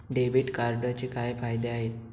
Debit कार्डचे काय फायदे आहेत?